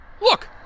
Look